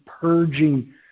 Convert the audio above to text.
purging